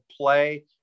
play